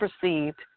perceived